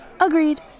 Agreed